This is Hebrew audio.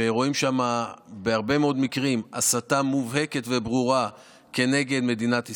ורואים בהרבה מאוד מקרים הסתה מובהקת וברורה כנגד מדינת ישראל,